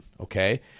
Okay